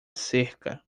cerca